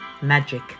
magic